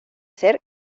ser